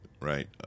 Right